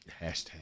Hashtag